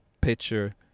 picture